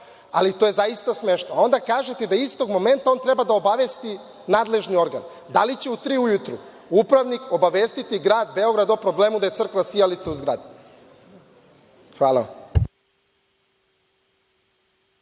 ali to je zaista smešno. Onda, kažete da istog momenta on treba da obavesti nadležni organ. Da li će u tri ujutru upravnik obavestiti Grad Beograd o problemu da je crkla sijalica u zgradi? Hvala.